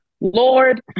Lord